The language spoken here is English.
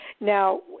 Now